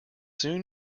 soon